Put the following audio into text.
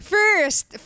First